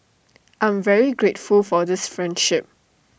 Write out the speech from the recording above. I'm very grateful for this friendship